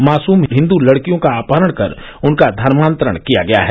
मासूम हिन्दू लड़कियों का अपहरण कर उनका धर्मान्तरण किया गया है